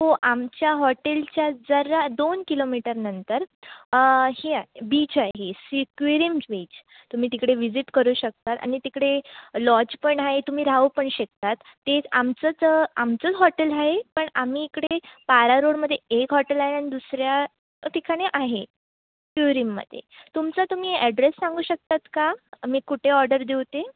हो आमच्या हॉटेलच्या जरा दोन किलोमीटरनंतर ही आहे बीच आहे सीक्विरीम्स बीच तुम्ही तिकडे व्हिजिट करू शकतात आणि तिकडे लॉज पण आहे तुम्ही राहू पण शकतात ते आमचंच आमचंच हॉटेल आहे पण आम्ही इकडे पारा रोडमध्ये एक हॉटेल आहे आणि दुसऱ्या ठिकाणी आहे क्युरिममध्ये तुमचा तुम्ही ॲड्रेस सांगू शकतात का मी कुठे ऑडर देऊ ते